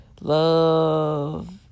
love